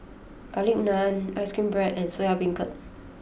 Garlic Naan Ice Cream Bread and Soya Beancurd